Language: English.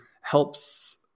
helps